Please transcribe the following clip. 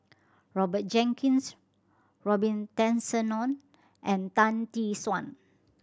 Roger Jenkins Robin Tessensohn and Tan Tee Suan